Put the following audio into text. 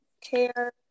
care